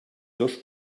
dos